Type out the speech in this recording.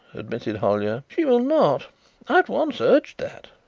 admitted hollyer, she will not. i at once urged that.